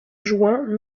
juin